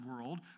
world